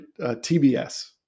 TBS